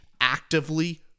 actively